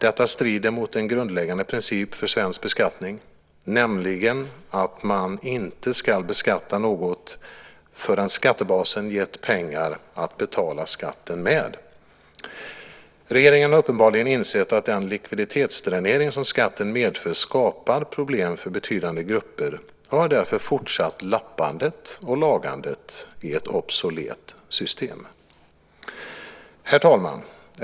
Detta strider mot en grundläggande princip för svensk beskattning, nämligen att man inte ska beskatta något förrän skattebasen gett pengar att betala skatten med. Regeringen har uppenbarligen insett att den likviditetsdränering som skatten medför skapar problem för betydande grupper och har därför fortsatt lappandet och lagandet i ett obsolet system. Herr talman!